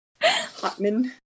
Hotman